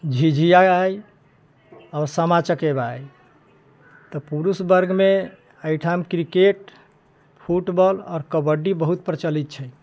झिझिया अइ आओर सामा चकेवा अइ तऽ पुरुषवर्गमे एहिठाम क्रिकेट फुटबॉल आओर कबड्डी बहुत प्रचलित छै